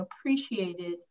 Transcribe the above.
appreciated